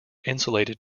insulated